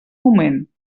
moment